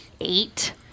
eight